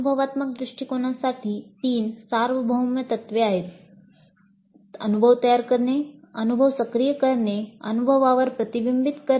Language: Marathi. अनुभवात्मक दृष्टिकोनासाठी तीन सार्वभौम तत्त्वे आहेत अनुभव तयार करणे अनुभव सक्रिय करणे अनुभवावर प्रतिबिंबित करणे